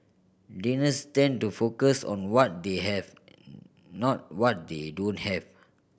Danes tend to focus on what they have not what they don't have